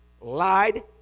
lied